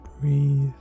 breathe